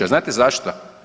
Znate zašto?